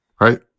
right